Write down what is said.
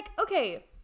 okay